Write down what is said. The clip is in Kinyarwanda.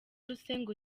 rusengo